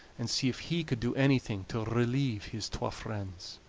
and see if he could do anything to relieve his twa friends.